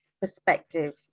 perspective